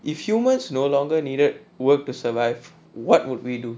if humans no longer needed work to survive what would we do